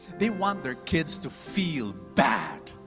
they want their kids to feel bad.